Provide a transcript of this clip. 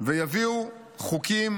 ויביאו חוקים